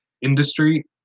industry